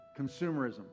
consumerism